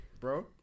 bro